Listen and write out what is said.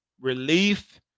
relief